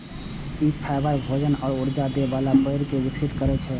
ई fibre, भोजन आ ऊर्जा दै बला पेड़ कें विकसित करै छै